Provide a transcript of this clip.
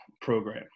program